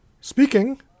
speaking